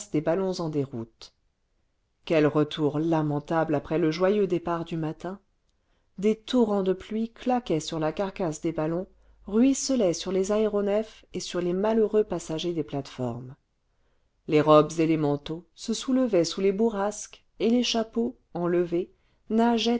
des ballons en déroute quel retour lamentable après le joyeux départ du matin des torrents cle pluie claquaient sur la carcasse des ballons ruisselaient sur les aéronefs et sur les malheureux passagers des plates-formes les robes et les manteaux se soulevaient sous les bourrasques et les chapeaux enlevés